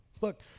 Look